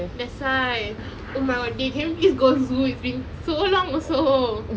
that's why oh my god dey can we please go zoo it's been so long also